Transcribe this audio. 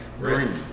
Green